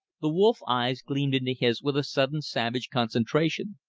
the wolf eyes gleamed into his with a sudden savage concentration.